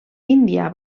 índia